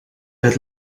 het